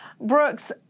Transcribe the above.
Brooks